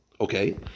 Okay